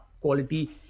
quality